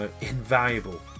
invaluable